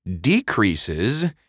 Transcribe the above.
decreases